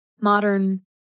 modern